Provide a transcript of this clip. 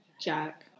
Jack